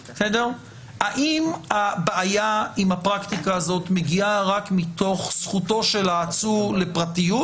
האם הבעיה עם הפרקטיקה הזאת מגיעה רק מתוך זכותו של העצור לפרטיות?